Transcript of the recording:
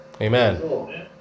Amen